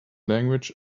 language